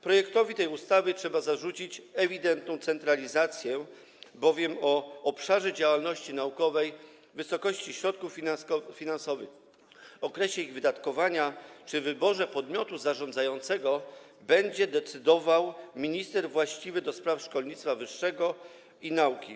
Projektowi tej ustawy trzeba zarzucić ewidentną centralizację, bowiem o obszarze działalności naukowej, wysokości środków finansowych, okresie ich wydatkowania czy wyborze podmiotu zarządzającego będzie decydował minister właściwy do spraw szkolnictwa wyższego i nauki.